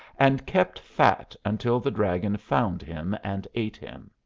and kept fat until the dragon found him and ate him.